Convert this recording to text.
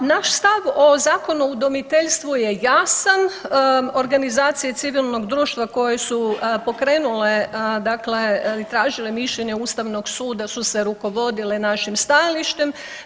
Pa naš stav o Zakonu o udomiteljstvu je jasan, organizacije civilnog društva koje su pokrenule dakle i tražile mišljenje ustavnog suda su se rukovodile našim stajalištem.